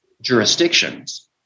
jurisdictions